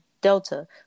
Delta